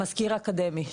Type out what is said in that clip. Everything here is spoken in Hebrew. המזכיר האקדמי.